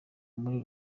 muri